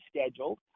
scheduled